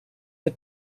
the